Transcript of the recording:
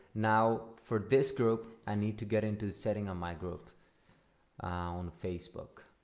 now for this group i need to get into the setting on my group on facebook